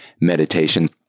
meditation